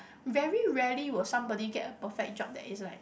very rarely will somebody get a perfect job that is like